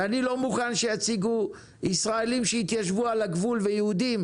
ואני לא מוכן שיציגו ישראלים שהתיישבו על הגבול ויהודים,